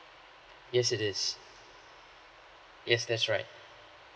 yes it is yes that's right